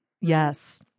Yes